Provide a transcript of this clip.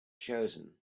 chosen